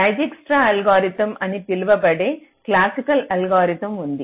Dijkstra అల్గోరిథంdijkstra's algorithm అని పిలువబడే క్లాసికల్ అల్గోరిథం ఉంది